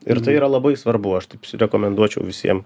ir tai yra labai svarbu aš taip s rekomenduočiau visiem